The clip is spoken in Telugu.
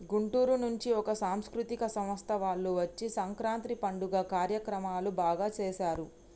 గుంటూరు నుంచి ఒక సాంస్కృతిక సంస్థ వాళ్ళు వచ్చి సంక్రాంతి పండుగ కార్యక్రమాలు బాగా సేశారు